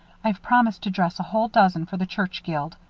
i've promised to dress a whole dozen for the church guild.